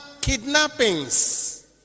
kidnappings